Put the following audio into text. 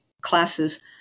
classes